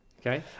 Okay